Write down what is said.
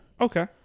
Okay